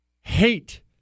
Hate